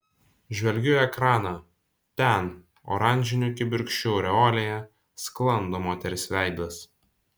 žvelgiu į ekraną ten oranžinių kibirkščių aureolėje sklando moters veidas